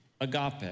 agape